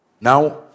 Now